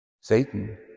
Satan